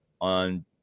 on